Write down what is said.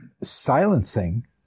silencing